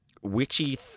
witchy